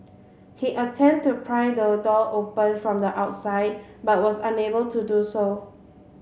he attempted to pry the door open from the outside but was unable to do so